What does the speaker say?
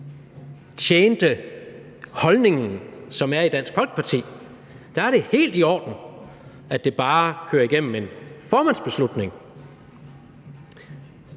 tjente holdningen i Dansk Folkeparti, var det helt i orden, at det bare kørte igennem med en formandsbeslutning.